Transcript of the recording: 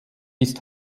ist